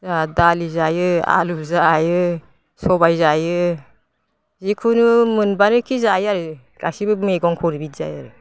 जाहा दालि जायो आलु जायो सबाय जायो जिखुनु मोनब्लानो जायो आरो गासैबो मैगंखौ बिदि जायो